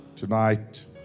Tonight